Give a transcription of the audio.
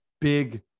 big